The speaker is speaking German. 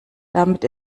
damit